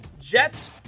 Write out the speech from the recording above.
Jets